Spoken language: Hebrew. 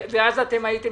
ואז אתם הייתם